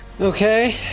Okay